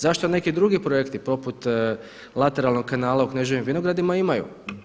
Zašto neki drugi projekti poput lateralnog kanala u Kneževim Vinogradima imaju.